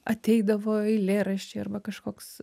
ateidavo eilėraščiai arba kažkoks